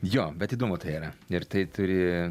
jo bet įdomu tai yra ir tai turi